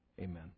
Amen